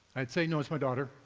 i'd say, no, it's my daughter.